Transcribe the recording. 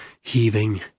heaving